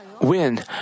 win